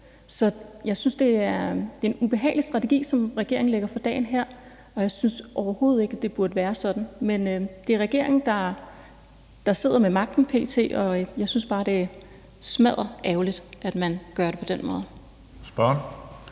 sted hen. Så det er en ubehagelig strategi, som regeringen her lægger for dagen, og jeg synes overhovedet ikke, at det burde være sådan. Men det er regeringen, der p.t. sidder med magten, og jeg synes bare, det er smadderærgerligt, at man gør det på den måde. Kl.